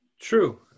True